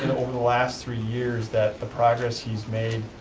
and over the last three years, that the progress he's made